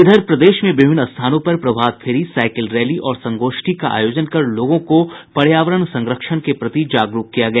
इधर प्रदेश में विभिन्न स्थानों पर प्रभात फेरी साईकिल रैली और संगोष्ठी का आयोजन कर लोगों को पर्यावरण संरक्षण के प्रति जागरूक किया गया